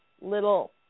little